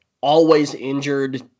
always-injured